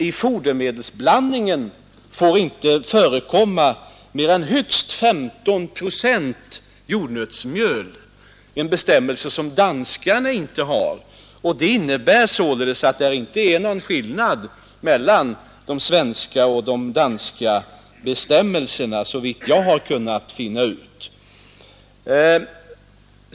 I fodermedelsblandningen får inte förekomma mer än 15 procent jordnötsmjöl — en bestämmelse som danskarna inte har. Detta innebär således att det inte är någon större skillnad mellan de svenska och de danska bestämmelserna, såvitt jag har kunnat finna ut.